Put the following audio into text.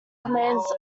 commands